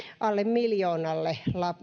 alle